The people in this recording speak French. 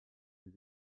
des